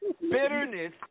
bitterness